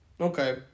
Okay